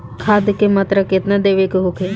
खाध के मात्रा केतना देवे के होखे?